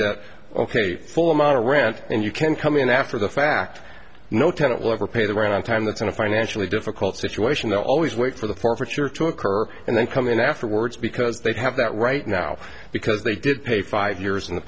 that ok full amount of rent and you can come in after the fact no tenant will ever pay the rent on time that's in a financially difficult situation there always wait for the forfeiture to occur and then come in afterwards because they'd have that right now because they did pay five years in the